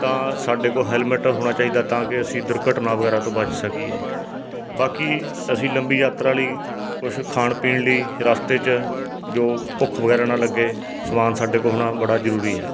ਤਾਂ ਸਾਡੇ ਕੋਲ ਹੈਲਮਟ ਹੋਣਾ ਚਾਹੀਦਾ ਤਾਂ ਕਿ ਅਸੀਂ ਦੁਰਘਟਨਾ ਵਗੈਰਾ ਤੋਂ ਬਚ ਸਕੀਏ ਬਾਕੀ ਅਸੀਂ ਲੰਬੀ ਯਾਤਰਾ ਲਈ ਕੁਝ ਖਾਣ ਪੀਣ ਲਈ ਰਸਤੇ 'ਚ ਜੋ ਭੁੱਖ ਵਗੈਰਾ ਨਾ ਲੱਗੇ ਸਮਾਨ ਸਾਡੇ ਕੋਲ ਹੋਣਾ ਬੜਾ ਜ਼ਰੂਰੀ ਹੈ